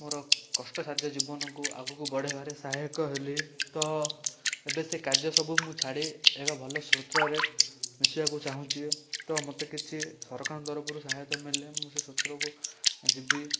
ମୋର କଷ୍ଟସାଧ୍ୟ ଜୀବନକୁ ଆଗକୁ ବଢ଼େଇବାରେ ସହାୟକ ହେଲି ତ ଏବେ ସେ କାଜ୍ୟ ସବୁ ମୁଁ ଛାଡ଼ି ଏବେ ଭଲ ସୋତ୍ରରେ ମିଶିବାକୁ ଚାହୁଁଛି ତ ମୋତେ କିଛି ସରକାରଙ୍କ ତରଫରୁ ସହାୟତ ମିଳିଲେ ମୁଁ ସେ ସୋତ୍ରକୁ ଯିବି